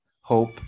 hope